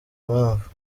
impamvu